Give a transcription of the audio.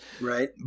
Right